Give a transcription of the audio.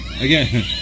again